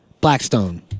Blackstone